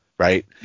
Right